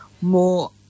more